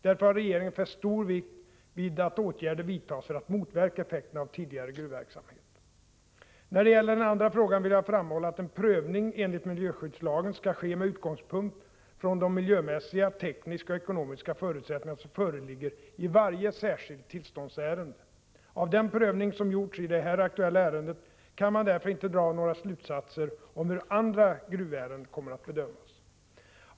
Därför har regeringen fäst stor vikt vid att åtgärder vidtas för att motverka effekterna av tidigare gruvverksamhet. När det gäller den andra frågan vill jag framhålla att en prövning enligt miljöskyddslagen skall ske med utgångspunkt från de miljömässiga, tekniska och ekonomiska förutsättningar som föreligger i varje särskilt tillståndsärende. Av den prövning som gjorts i det här aktuella ärendet kan man därför inte dra några slutsatser om hur andra gruvärenden kommer att bedömas.